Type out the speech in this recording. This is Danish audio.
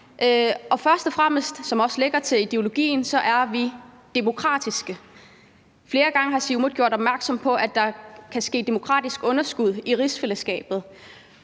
ligger i ideologien, demokratiske. Flere gange har Siumut gjort opmærksom på, at der kan forekomme demokratisk underskud i rigsfællesskabet.